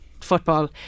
football